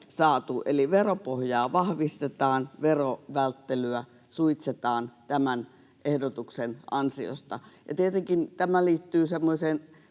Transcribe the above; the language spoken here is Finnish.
eli veropohjaa vahvistetaan, verovälttelyä suitsitaan tämän ehdotuksen ansiosta. Ja tietenkin tämä liittyy semmoiseen